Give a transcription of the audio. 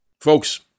Folks